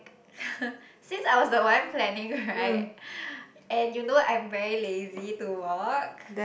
since I was the one planning right and you know I'm very lazy to walk